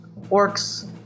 orcs